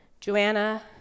Joanna